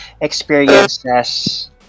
experiences